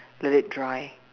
let it dry